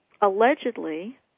Allegedly